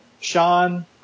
Sean